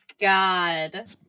God